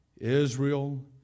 Israel